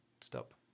stop